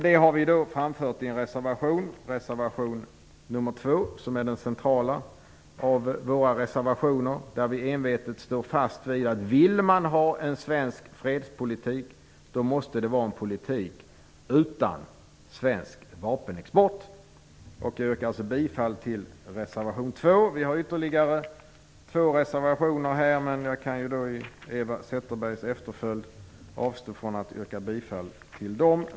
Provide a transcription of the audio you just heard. Detta har vi framfört i en reservation, nr 2, som är den centrala av våra reservationer, där vi envetet står fast vid att vill man ha en svensk fredspolitik måste det vara en politik utan svensk vapenexport. Jag yrkar alltså bifall till reservation 2. Vi har ytterligare två reservationer, men jag kan i Eva Zetterbergs efterföljd avstå från att yrka bifall till dem.